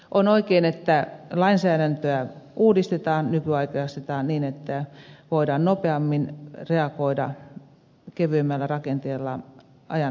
on oikein että lainsäädäntöä uudistetaan nykyaikaistetaan niin että voidaan nopeammin reagoida kevyemmällä rakenteella ajan haasteisiin